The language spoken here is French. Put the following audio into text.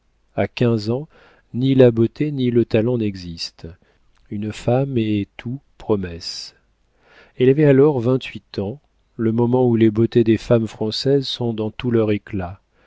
a quinze ans ni la beauté ni le talent n'existent une femme est tout promesse elle avait alors vingt-huit ans le moment où les beautés des femmes françaises sont dans tout leur éclat